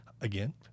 again